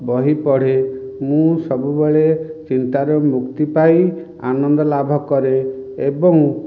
ବହି ପଢ଼େ ମୁଁ ସବୁବେଳେ ଚିନ୍ତାରୁ ମୁକ୍ତି ପାଇ ଆନନ୍ଦ ଲାଭ କରେ ଏବଂ